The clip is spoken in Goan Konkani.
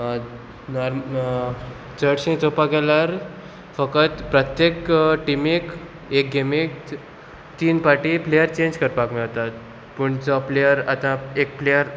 चडशें चोवपाक गेल्यार फकत प्रत्येक टिमीक एक गेमीक तीन पार्टी प्लेयर चेंज करपाक मेळटात पूण जो प्लेयर आतां एक प्लेयर